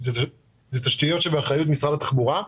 אלו תשתיות באחריות משרד התחבורה,